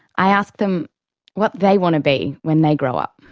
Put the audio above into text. i asked them what they want to be when they grow up.